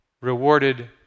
rewarded